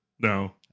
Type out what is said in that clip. No